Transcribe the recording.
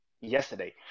yesterday